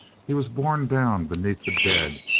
he was borne down beneath the dead,